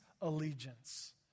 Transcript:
allegiance